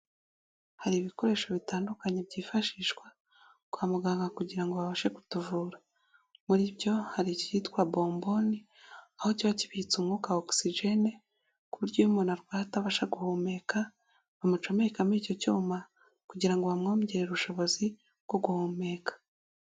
Hari ibikoresho bitandukanye byifashishwa kwa muganga kugira ngo babashe kutuvura. Muri byo hari icyitwa bomboni, aho kiba kibitse umwuka wa ogusijeni, ku buryo iyo umuntu arwaye atabasha guhumeka, bamucomekamo icyo cyuma, kugira ngo bamwongere ubushobozi bwo guhumeka.